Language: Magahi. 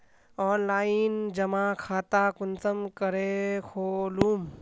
ऑनलाइन जमा खाता कुंसम करे खोलूम?